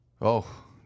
Oh